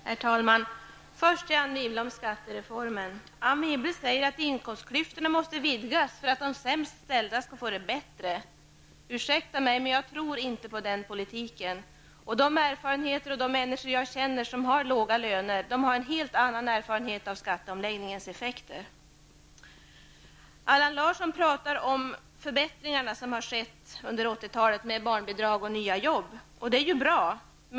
Herr talman! Först några ord till Anne Wibble om skattereformen. Hon säger att inkomstklyftorna måste vidgas för att de sämst ställda skall få det bättre. Ursäkta mig, men jag tror inte på en sådan politik. Jag känner människor som har låga löner och dessa har helt andra erfarenheter av skatteomläggningens effekter. Allan Larsson talar om de förbättringar som skedde under 80-talet -- höjda barnbidrag och nya jobb. Ja, det är bra att vi fick dessa förbättringar.